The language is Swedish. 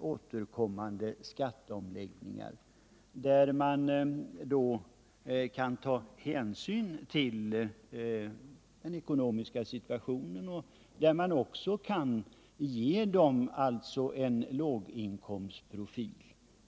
återkommande skatteomläggningar, där man kan ta hänsyn till den ekonomiska situationen. Dem 131 Inflationsskvdd av kan man ge en låginkomstprofil.